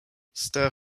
stir